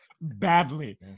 badly